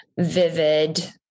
vivid